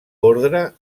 ordre